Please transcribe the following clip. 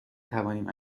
توانیم